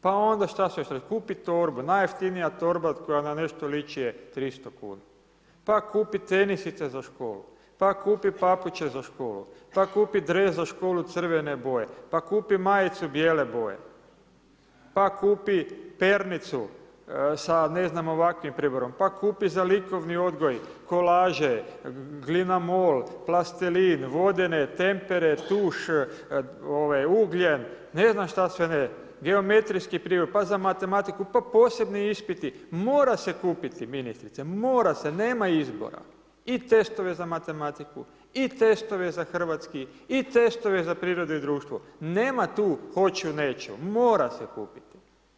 Pa onda šta se, kupi torbu, najjeftinija torba koja na nešto liči je 300 kn, pa kupi tenisice za školu, pa kupi papuče za školu, pa kupi dresu za školu crvene boje, pa kupi majicu bijele boje, pa kupi pernicu sa ne znam, ovakvim priborom, pa kupi za likovni odgoj, kolaže, glinamol, plastelin, vodene, tempere, tuš, ugljen, ne znam šta sve ne, geometrijski pribor, pa za matematiku, pa posebni ispiti, mora se kupiti ministrice, mora se, nema izbora. i testove za matematiku i testove za hrvatski i testove za prirodu i društvo, nema ti hoću-neću, mora se kupiti.